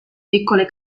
piccole